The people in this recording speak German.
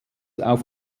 auf